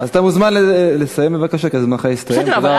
אז אתה מוזמן לסיים, בבקשה, כי זמנך הסתיים.